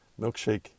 milkshake